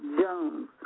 Jones